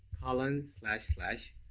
colon, slash, slash,